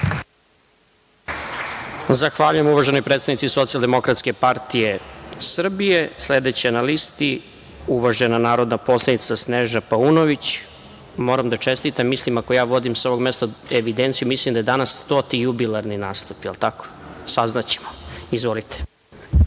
Zahvaljujem, uvaženoj predstavnici SDPS.Sledeća na listi, uvažena narodna poslanica Snežana Paunović. Moram da čestitam, mislim, ako ja vodim sa ovog mesta evidenciju, da je danas stoti jubilarni nastup, jel tako? Saznaćemo. Izvolite.